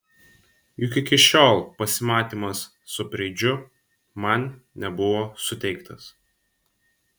juk iki šiol pasimatymas su preidžiu man nebuvo suteiktas